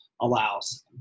allows